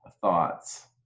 thoughts